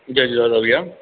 जय झूलेलाल भईया